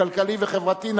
הכלכלי והחברתי.